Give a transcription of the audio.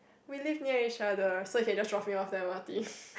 we live near each other so you can just drop me off that m_r_t